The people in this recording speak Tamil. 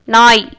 நாய்